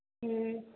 हँ